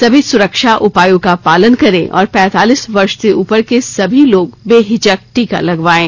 सभी सुरक्षा उपायों का पालन करें और पैंतालीस वर्ष से उपर के सभी लोग बेहिचक टीका लगवायें